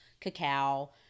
cacao